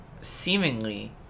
seemingly